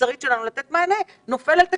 והמוסרית שלנו לתת מענה הוא זה שמפיל את העניין,